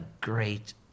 great